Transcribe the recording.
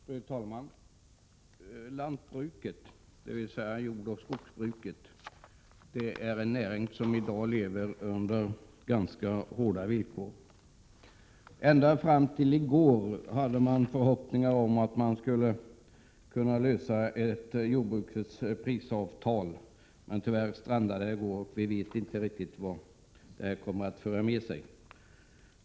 Fru talman! Lantbruket, dvs., jordoch skogsbruket, är en näring som i dag lever under ganska hårda villkor. Ända fram till i går hade man inom lantbruket förhoppningar om att man skulle kunna lösa frågan om ett prisavtal för jordbruket. Men tyvärr strandade förhandlingarna. Och vi vet inte vad det kommer att föra med sig.